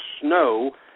snow